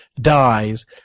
dies